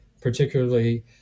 particularly